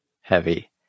heavy